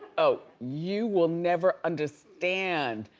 oh, you will never understand.